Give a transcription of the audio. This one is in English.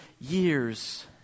years